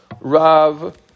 Rav